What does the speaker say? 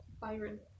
Byron